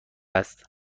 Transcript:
است